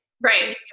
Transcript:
right